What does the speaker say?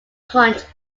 hunt